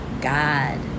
God